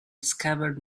scabbard